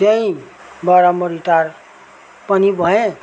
त्यहीँबाट म रिटायर पनि भएँ